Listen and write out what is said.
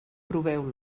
proveu